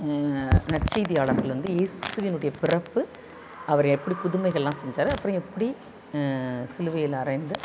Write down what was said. நற்செய்தியாளர்கள் வந்து ஏசுவினுடைய பிறப்பு அவர் எப்படி புதுமைகள் எல்லாம் செஞ்சார் அப்புறம் எப்படி சிலுவையில் அறைந்து